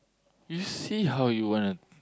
you see how you wanna